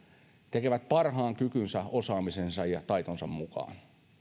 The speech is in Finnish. tekevät parhaan kykynsä osaamisensa ja taitonsa mukaan